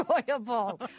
enjoyable